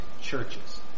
churches